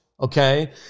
okay